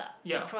ya